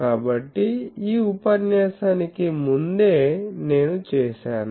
కాబట్టి ఈ ఉపన్యాసానికి ముందే నేను చేసాను